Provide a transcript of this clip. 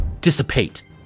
dissipate